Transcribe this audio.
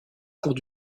cours